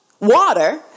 water